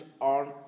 on